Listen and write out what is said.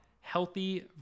healthy